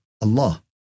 Allah